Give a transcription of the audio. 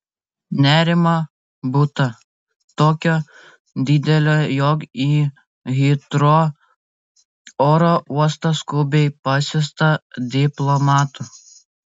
nerimo būta tokio didelio jog į hitrou oro uostą skubiai pasiųsta diplomatų